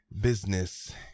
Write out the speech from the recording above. business